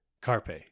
Carpe